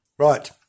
Right